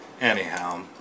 Anyhow